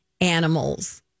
animals